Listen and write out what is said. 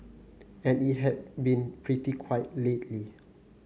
and it has been pretty quiet lately